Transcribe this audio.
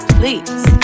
Please